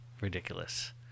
ridiculous